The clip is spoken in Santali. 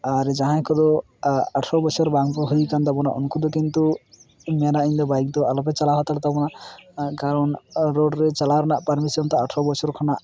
ᱟᱨ ᱡᱟᱦᱟᱸᱭ ᱠᱚᱫᱚ ᱟᱴᱷᱮᱨᱚ ᱵᱚᱪᱷᱚᱨ ᱵᱟᱝ ᱵᱚ ᱦᱩᱭ ᱠᱟᱱᱛᱟᱵᱚᱱᱟ ᱩᱱᱠᱩ ᱫᱚ ᱠᱤᱱᱛᱩ ᱢᱮᱱᱟ ᱤᱧᱫᱚ ᱵᱟᱹᱭᱤᱠ ᱫᱚ ᱟᱞᱚᱯᱮ ᱪᱟᱞᱟᱣ ᱦᱟᱛᱟᱲ ᱛᱟᱵᱚᱱᱟ ᱠᱟᱨᱚᱱ ᱨᱳᱰᱨᱮ ᱪᱟᱞᱟᱣ ᱨᱮᱱᱟᱜ ᱯᱟᱨᱢᱤᱥᱮᱱ ᱫᱚ ᱟᱴᱷᱮᱨᱚ ᱵᱚᱪᱷᱚᱨ ᱠᱷᱚᱱᱟᱜ